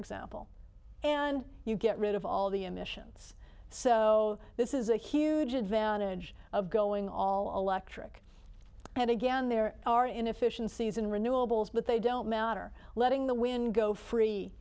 example and you get rid of all the emissions so this is a huge advantage of going all electric and again there are inefficiencies in renewables but they don't matter letting the wind go free